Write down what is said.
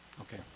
Okay